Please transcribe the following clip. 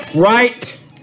Right